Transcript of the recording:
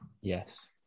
Yes